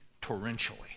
torrentially